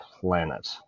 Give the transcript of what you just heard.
planet